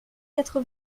quatre